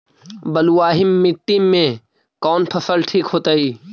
बलुआही मिट्टी में कौन फसल ठिक होतइ?